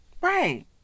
Right